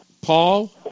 Paul